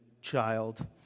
child